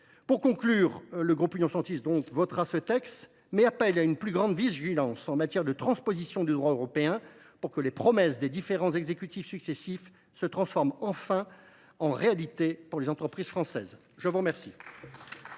Pour conclure, le groupe Union Centriste votera ce texte, mais appelle à une plus grande vigilance en matière de transposition du droit européen, afin que les promesses des exécutifs successifs se transforment enfin en réalité pour les entreprises françaises. La parole